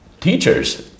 teachers